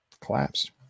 Collapsed